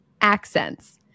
Accents